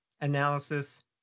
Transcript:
analysis